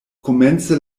komence